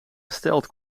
gesteld